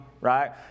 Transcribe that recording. right